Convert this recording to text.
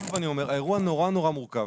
האירוע נורא, נורא, נורא מורכב.